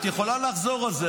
את יכולה לחזור על זה,